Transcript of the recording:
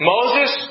Moses